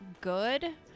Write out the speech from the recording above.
good